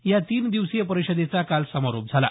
या तीन दिवसीय परिषदेचा काल समारोप झाला